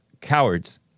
cowards